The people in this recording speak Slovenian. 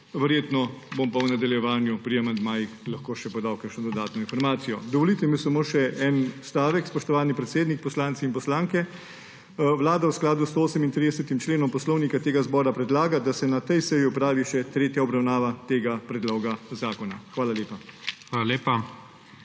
Verjetno bom pa v nadaljevanju pri amandmajih lahko podal še kakšno dodatno informacijo. Dovolite mi samo še en stavek, spoštovani predsednik. Poslanci in poslanke, Vlada v skladu s 138. členom Poslovnika Državnega zbora predlaga, da se na tej seji opravi še tretja obravnava tega predloga zakona. Hvala lepa.